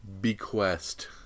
Bequest